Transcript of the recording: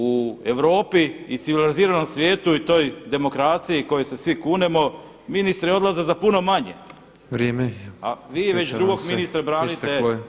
U Europi i civiliziranom svijetu i toj demokraciji kojoj se svi kunemo ministri odlaze za puno manje [[Upadica predsjednik: Vrijeme.]] A vi već drugog ministra branite